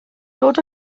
dod